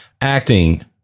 acting